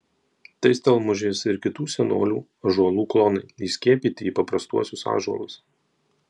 tai stelmužės ir kitų senolių ąžuolų klonai įskiepyti į paprastuosius ąžuolus